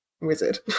wizard